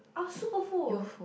I was super full